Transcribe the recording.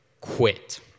quit